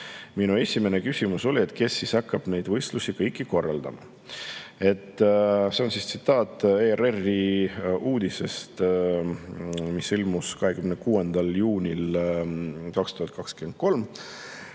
"Minu esimene küsimus oli, et kes siis hakkab neid võistlusi kõik korraldama."" See on tsitaat ERR-i uudisest, mis ilmus 26. juunil 2023.